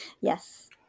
Yes